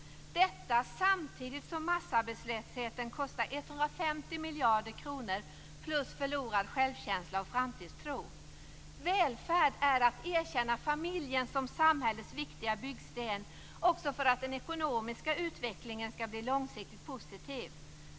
Detta sker samtidigt som massarbetslösheten kostar 150 miljarder kronor plus förlorad självkänsla och framtidstro. Välfärd är att familjen erkänns som samhällets viktiga byggsten, också för att den ekonomiska utvecklingen skall bli långsiktigt positiv.